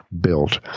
built